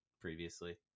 previously